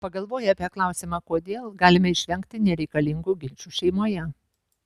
pagalvoję apie klausimą kodėl galime išvengti nereikalingų ginčų šeimoje